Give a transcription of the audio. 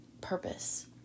purpose